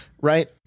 right